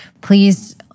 please